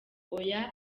oya